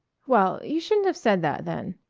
well you shouldn't have said that, then.